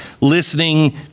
listening